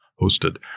hosted